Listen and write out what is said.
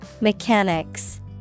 Mechanics